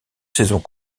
saisons